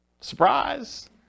Surprise